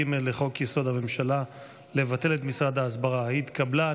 לחוק-יסוד: הממשלה לבטל את משרד ההסברה התקבלה.